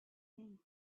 things